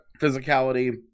physicality